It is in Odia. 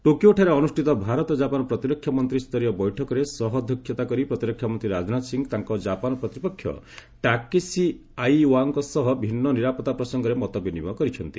ଟୋକିଓଠାରେ ଅନୁଷ୍ଠିତ ଭାରତ ଜାପାନ୍ ପ୍ରତିରକ୍ଷା ମନ୍ତ୍ରୀ ସ୍ତରୀୟ ବୈଠକରେ ସହ ଅଧ୍ୟକ୍ଷତା କର ପ୍ରତିରକ୍ଷା ମନ୍ତ୍ରୀ ରାଜନାଥ ସିଂହ ତାଙ୍କ ଜାପାନ୍ ପ୍ରତିପକ୍ଷ ଟାକେସି ଆଇ ୱାୱାଙ୍କ ସହ ଭିନ୍ନ ନିରାପତ୍ତା ପ୍ରସଙ୍ଗରେ ମତବିନିମୟ କରିଛନ୍ତି